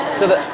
to the,